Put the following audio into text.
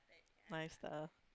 nice stuff